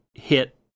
Hit